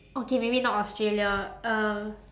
okay maybe not australia um